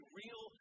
real